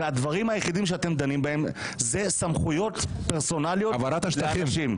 והדברים היחידים שאתם דנים בהם הם סמכויות פרסונליות לאנשים.